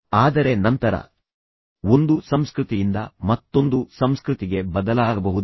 ಆದರೆ ನಂತರ ಒಂದು ಸಂಸ್ಕೃತಿಯಿಂದ ಮತ್ತೊಂದು ಸಂಸ್ಕೃತಿಗೆ ಬದಲಾಗಬಹುದಾದ